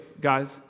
guys